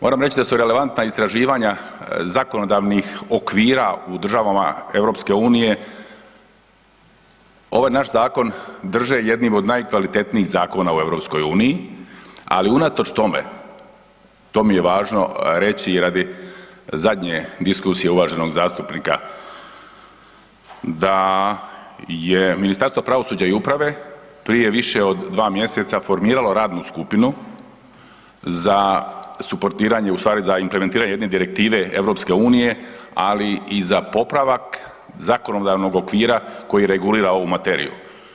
Moram reći da su relevantna istraživanja zakonodavnih okvira u državama EU-a ovaj znaš zakon drže jednim od najkvalitetnijih zakona u EU-u ali unatoč tome, to mi je važno reći radi zadnje diskusije uvaženog zastupnika, da je Ministarstvo pravosuđa i uprave prije više od 2 mj. formiralo radnu skupinu za suportiranje ustvari za implementiranje jedne direktive EU-a ali i za popravak zakonodavnog okvira koji regulira ovu materiju.